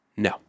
No